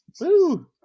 Woo